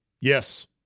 Yes